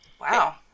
Wow